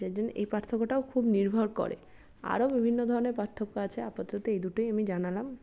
যার জন্য এই পার্থক্যটাও খুব নির্ভর করে আরও বিভিন্ন ধরনের পার্থক্য আছে আপাতত এই দুটোই আমি জানালাম